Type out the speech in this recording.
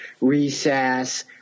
recess